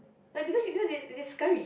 like because you know they they scurry